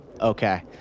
Okay